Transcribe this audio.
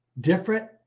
different